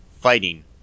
fighting